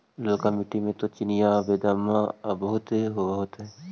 ललका मिट्टी मे तो चिनिआबेदमां बहुते होब होतय?